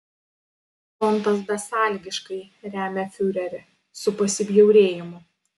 frontas besąlygiškai remia fiurerį su pasibjaurėjimu